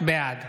בעד